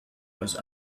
was